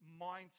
mindset